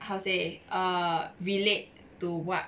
how to say err relate to what